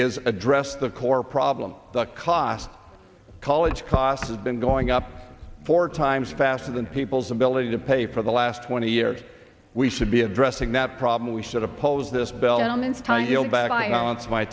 is address the core problem the cost of college costs has been going up four times faster than people's ability to pay for the last twenty years we should be addressing that problem we should oppose this b